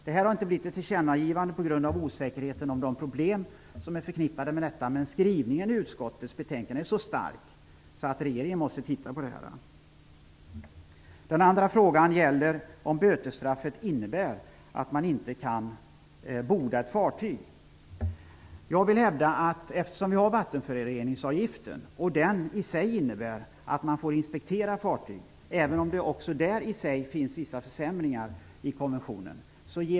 Det här har inte blivit något tillkännagivande på grund av osäkerheten omkring de problem som är förknippade med detta. Men skrivningen i utskottets betänkande är så stark att regeringen måste titta på det. Den andra frågan gäller huruvida bötesstraffet innebär att man inte kan borda ett fartyg. Men vi har ju vattenföroreningsavgiften som innebär att man får inspektera fartyg - även om det också där i och för sig finns vissa försämringar i konventionen.